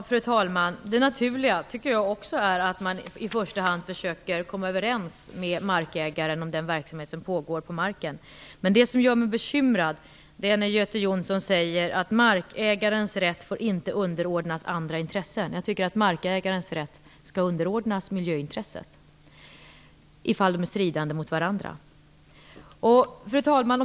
Fru talman! Jag tycker också att det naturliga är att man i första hand försöker komma överens med markägaren om den verksamhet som pågår på marken. Men jag blir bekymrad när Göte Jonsson säger att markägarens rätt inte får underordnas andra intressen. Jag tycker att markägarens rätt skall underordnas miljöintresset om de är stridande mot varandra. Fru talman!